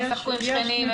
הם ישחקו עם שכנים,